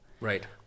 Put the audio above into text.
right